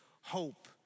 hope